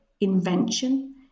invention